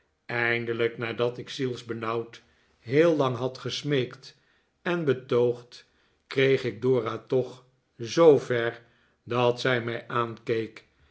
eindelijk nadat ik zielsbenauwd heel lang had gesmeekt en betoogd kreeg ik dora toch zoover dat zij mij